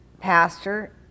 Pastor